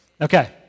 Okay